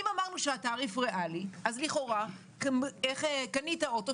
אם אמרנו שהתעריף ריאלי אז לכאורה קנית אוטו,